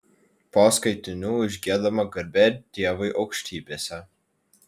po skaitinių užgiedama garbė dievui aukštybėse